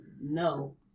no